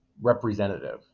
representative